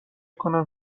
کنم